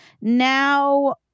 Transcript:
Now